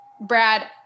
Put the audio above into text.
Brad